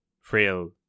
frail